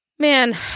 Man